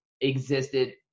existed